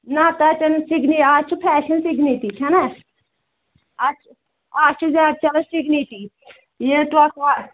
نہ تَتٮ۪ن سِگنی آز چھُ فیشن سِگتِٹی چَھنا آز چھُ آز چھُ زیادٕ چلان سِگتِٹی یہِ ٹۄکہٕ وا